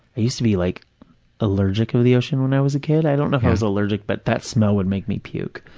i used to be like allergic to the ocean when i was a kid. i don't know if i was allergic, but that smell would make me puke.